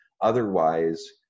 Otherwise